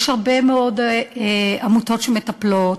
יש הרבה מאוד עמותות שמטפלות,